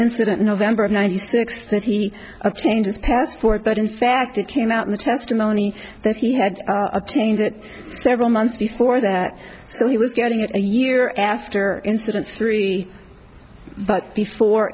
incident november of ninety six that he a change his passport but in fact it came out in the testimony that he had obtained it several months before that so he was getting it a year after incidents three but before